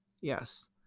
Yes